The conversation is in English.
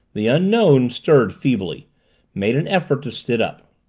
the unknown stirred feebly made an effort to sit up.